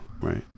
right